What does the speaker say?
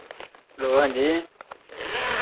hello हांजी